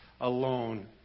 alone